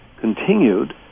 continued